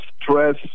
stress